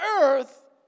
earth